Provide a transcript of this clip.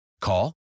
Call